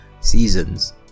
seasons